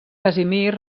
casimir